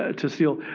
ah to steel.